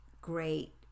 great